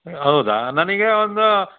ಹೌದಾ ನನಗೆ ಒಂದು